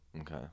Okay